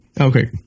okay